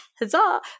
huzzah